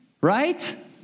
Right